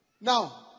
Now